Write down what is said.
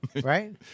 Right